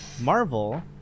Marvel